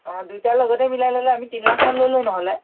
অঁ দুইটাই লগতে মিলাই ল'লে আমি তিনিলাখ মান লৈ লওঁ নহ'লে